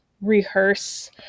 rehearse